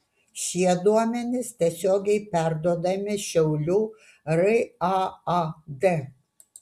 šie duomenys tiesiogiai perduodami šiaulių raad